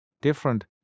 different